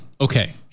Okay